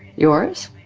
yours